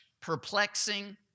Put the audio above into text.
perplexing